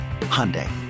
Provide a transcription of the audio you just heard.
Hyundai